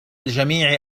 الجميع